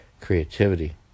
creativity